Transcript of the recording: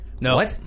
No